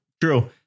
true